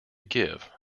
give